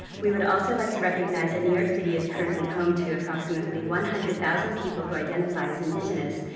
we would also like to recognize that new york city is currently home to approximately one hundred thousand people who identify as indigenous,